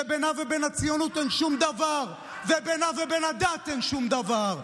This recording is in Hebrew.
שבינה ובין הציונות אין שום דבר ובינה ובין הדת אין שום דבר.